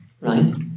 right